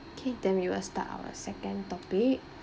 K then we will start our second topic